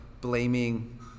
blaming